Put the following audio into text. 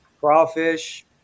Crawfish